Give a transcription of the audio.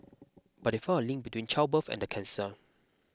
but they found a link between childbirth and the cancer